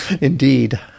Indeed